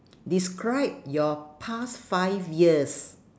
describe your past five years